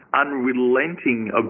unrelenting